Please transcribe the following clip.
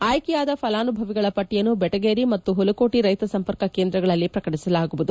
ಆಯ್ಲೆಯಾದ ಫಲಾನುಭವಿಗಳ ಪಟ್ಟಿಯನ್ನು ಬೆಟಗೇರಿ ಮತ್ತು ಹುಲಕೋಟಿ ರೈತ ಸಂಪರ್ಕ ಕೇಂದ್ರಗಳಲ್ಲಿ ಪ್ರಕಟಿಸಲಾಗುವುದು